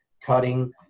cutting